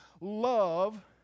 love